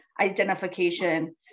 identification